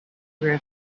drift